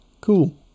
cool